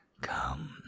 Come